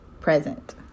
present